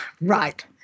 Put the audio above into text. right